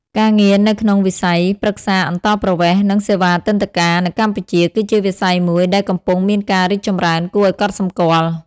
ការងារនៅក្នុងវិស័យប្រឹក្សាអន្តោប្រវេសន៍ និងសេវាទិដ្ឋាការនៅកម្ពុជា គឺជាវិស័យមួយដែលកំពុងមានការរីកចម្រើនគួរឱ្យកត់សម្គាល់។